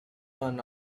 one